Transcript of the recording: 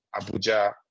Abuja